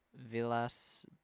Villas